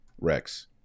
Rex